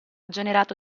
generato